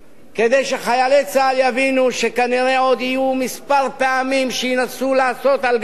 כדי שחיילי צה"ל יבינו שכנראה עוד כמה פעמים ינסו לעשות על גבם